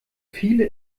viele